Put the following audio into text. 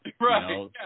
Right